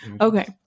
Okay